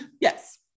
Yes